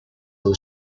who